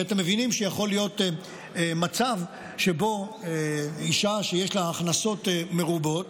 הרי אתם מבינים שיכול להיות מצב שבו אישה שיש לה הכנסות מרובות